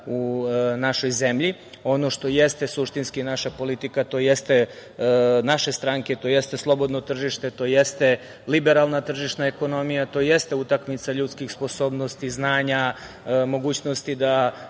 u našoj zemlji. Ono što jeste suštinski naša politika, tj. naše stranke, to jeste slobodno tržište, to jeste liberalna tržišna ekonomija, to jeste utakmica ljudskih sposobnosti, znanja, mogućnosti da